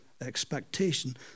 expectation